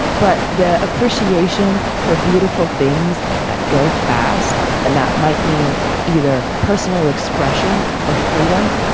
but the appreciation for beautiful things that go fast and that might mean either personal expression or freedom,